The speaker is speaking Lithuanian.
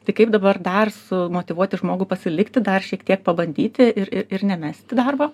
tai kaip dabar dar sumotyvuoti žmogų pasilikti dar šiek tiek pabandyti ir ir nemesti darbo